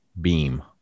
beam